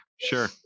sure